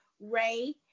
Ray